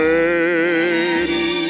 lady